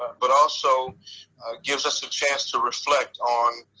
but also gives us a chance to reflect on